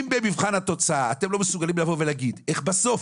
אם במבחן התוצאה אתם לא מסוגלים לבוא ולהגיד איך בסוף